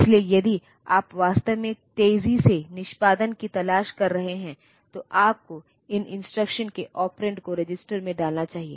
इसलिए यदि आप वास्तव में तेजी से निष्पादन की तलाश कर रहे हैं तो आपको इन इंस्ट्रक्शंस के ऑपरेंड को रजिस्टर में डालना चाहिए